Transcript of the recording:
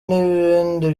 n’ibindi